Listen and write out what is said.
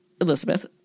Elizabeth